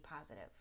positive